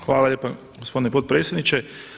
Hvala lijepa gospodine potpredsjedniče.